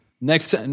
Next